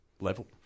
level